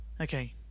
Okay